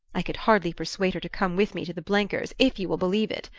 i could hardly persuade her to come with me to the blenkers', if you will believe it!